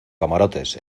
camarotes